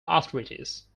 authorities